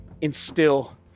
instill